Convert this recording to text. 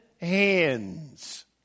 hands